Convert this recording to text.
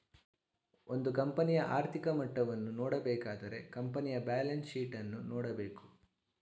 ಒಂದು ಕಂಪನಿಯ ಆರ್ಥಿಕ ಮಟ್ಟವನ್ನು ನೋಡಬೇಕಾದರೆ ಕಂಪನಿಯ ಬ್ಯಾಲೆನ್ಸ್ ಶೀಟ್ ಅನ್ನು ನೋಡಬೇಕು